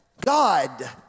God